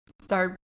start